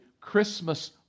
Christmas